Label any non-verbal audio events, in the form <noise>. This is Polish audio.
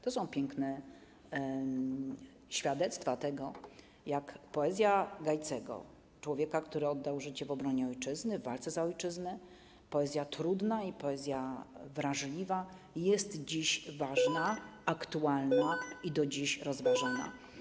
To są piękne świadectwa tego, jak poezja Gajcego, człowieka, który oddał życie w obronie ojczyzny, w walce za ojczyznę, poezja trudna i wrażliwa jest dziś ważna, <noise> aktualna i do dziś rozważana.